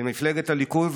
למפלגת הליכוד,